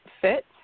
fit